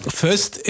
first